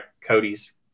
Cody's